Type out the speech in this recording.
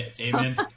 Amen